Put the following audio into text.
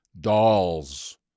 Dolls